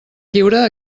lliure